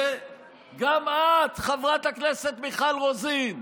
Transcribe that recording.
וגם את, חברת הכנסת מיכל רוזין,